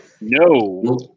No